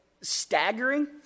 staggering